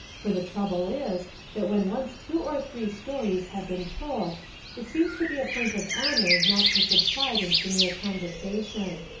for the trouble is that when once two or three stories have been told it seems to be a point of honour not to subside into mere conversation.